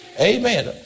Amen